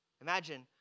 Imagine